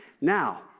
Now